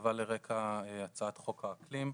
שנכתבה על רקע הצעת חוק האקלים.